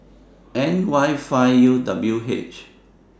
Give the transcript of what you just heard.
N Y five U W H